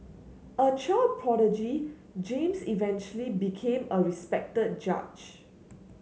a child prodigy James eventually became a respected judge